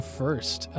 first